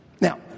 Now